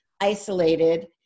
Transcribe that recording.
isolated